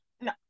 No